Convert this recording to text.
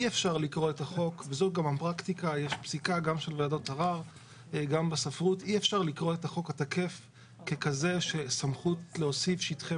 אי אפשר לקרוא את החוק התקף כסמכות להוסיף שטחי